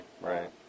Right